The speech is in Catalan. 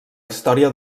història